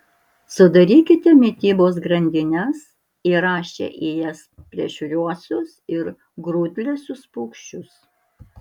sudarykite mitybos grandines įrašę į jas plėšriuosius ir grūdlesius paukščius